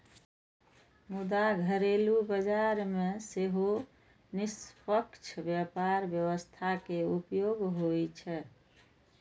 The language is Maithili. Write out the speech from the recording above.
मुदा घरेलू बाजार मे सेहो निष्पक्ष व्यापार व्यवस्था के उपयोग होइ छै